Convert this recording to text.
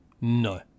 No